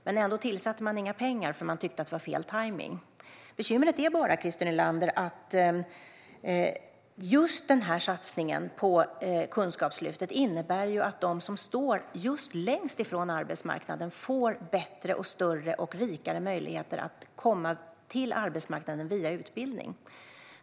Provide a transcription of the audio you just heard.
Men ändå tillförde man inte några pengar eftersom man tyckte att det var fel tajmning. Bekymret är bara, Christer Nylander, att just den satsningen på Kunskapslyftet innebär att de som står längst ifrån arbetsmarknaden får bättre, större och rikare möjligheter att komma till arbetsmarknaden via utbildning.